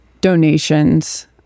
donations